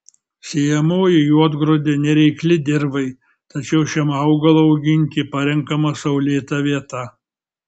sėjamoji juodgrūdė nereikli dirvai tačiau šiam augalui auginti parenkama saulėta vieta